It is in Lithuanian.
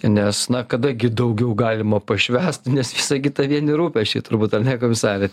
nes na kada gi daugiau galima pašvęst nes visa kita vieni rūpesčiai turbūt ar ne komisare